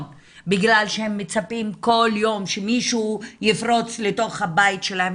בגלל שהם מצפים כל יום שמישהו יפרוץ לתוך הבית שלהם,